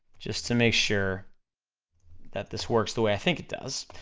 just to make sure that this works the way i think it does,